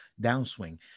downswing